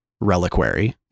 Reliquary